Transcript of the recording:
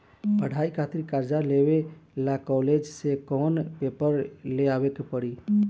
पढ़ाई खातिर कर्जा लेवे ला कॉलेज से कौन पेपर ले आवे के पड़ी?